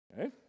Okay